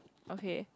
okay